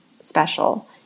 special